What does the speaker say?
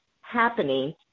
happening